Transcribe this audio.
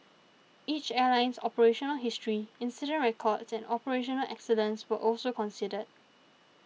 each airline's operational history incident records and operational excellence were also considered